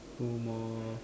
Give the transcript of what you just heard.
two more